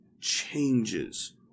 changes